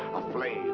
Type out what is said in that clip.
a flame!